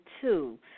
two